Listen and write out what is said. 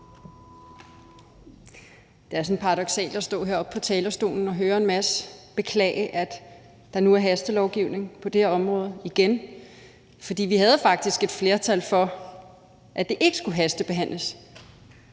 Det er paradoksalt at stå heroppe på talerstolen og høre en masse beklage, at der nu er hastelovgivning på det her område igen, for vi havde faktisk et flertal for, at det ikke skulle hastebehandles,